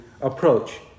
approach